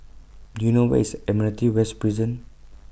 Do YOU know Where IS Admiralty West Prison